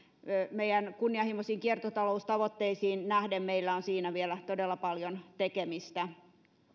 kunnianhimoisiin kiertotaloustavoitteisiimme nähden meillä on siinä vielä todella paljon tekemistä